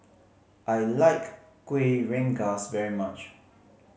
I like Kuih Rengas very much